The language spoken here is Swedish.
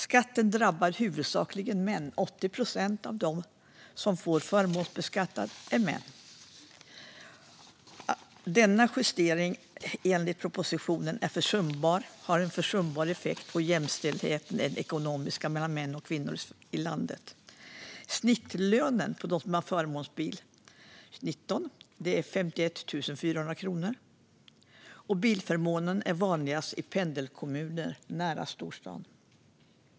Skatten drabbar huvudsakligen män, då 80 procent av dem som förmånsbeskattas är män. Denna justering har enligt propositionen en försumbar effekt på den ekonomiska jämställdheten mellan män och kvinnor i landet. År 2019 var snittlönen för dem som har förmånsbil 51 400 kronor, och bilförmånen är vanligast i pendlingskommuner nära storstaden.